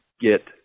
get